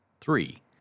Three